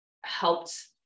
helped